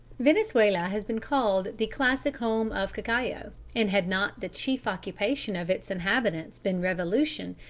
venezuela has been called the classic home of cacao, and had not the chief occupation of its inhabitants been revolution,